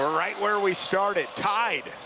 right where we started, tied